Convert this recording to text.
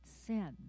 sin